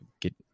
get